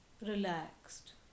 relaxed